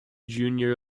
junior